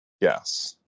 yes